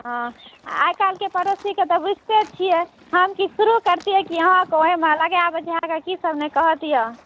हँ आइ काल्हिके पड़ोसीक तऽ बूझितै छियै हम किछु शुरू कैरतिए की अहाँके ओहिमे लगा बुझाइकऽ कीसभ नहि कहतियै